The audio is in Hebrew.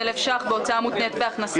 עזוב את זה עכשיו.